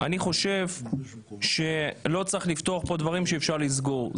אני חושב שלא צריך לפתוח כאן דברים שאפשר לסגור אותם.